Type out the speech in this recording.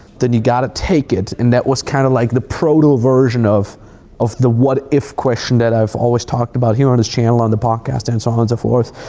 then you gotta take it. and that was kind of like the proto version of of the what if question that i've always talked about here on his channel, on the podcast, and so on and so forth.